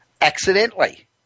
accidentally